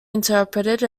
interpreted